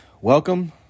welcome